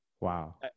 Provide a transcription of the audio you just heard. wow